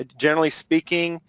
ah generally speaking